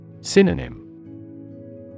Synonym